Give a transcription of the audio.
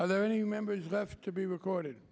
are there any members left to be recorded